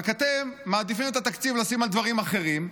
רק את התקציב אתם מעדיפים לשים על דברים אחרים,